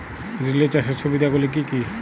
Relay চাষের সুবিধা গুলি কি কি?